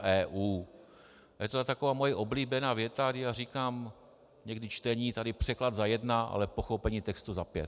Je to taková moje oblíbená věta, kdy já říkám, někdy čtení tady překlad za jedna, ale pochopení textu za pět.